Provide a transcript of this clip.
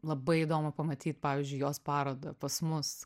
labai įdomu pamatyt pavyzdžiui jos parodą pas mus